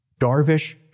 Darvish